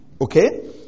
Okay